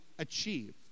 achieve